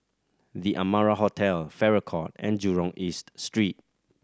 The Amara Hotel Farrer Court and Jurong East Street